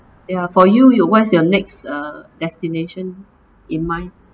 ya for you you what's your next uh destination in mind